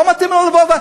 לא מתאים לו לבוא,